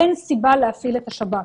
אין סיבה להפעיל את השב"כ.